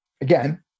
again